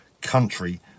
country